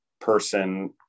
person